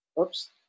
Oops